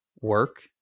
work